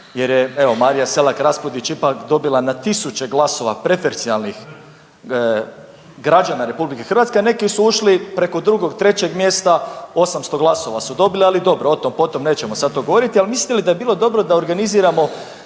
jer je evo Marija Selak-Raspudić ipak dobila na tisuće glasova preferencijalnih građana Republike Hrvatske, a neki su ušli preko drugog, trećeg mjesta, osamsto glasova su dobili. Ali dobro. O tom, po tom. Nećemo sad o tome govoriti. Ali mislite li da bi bilo dobro da organiziramo